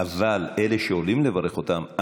אבל אלה שעולים לברך אותם,